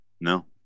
No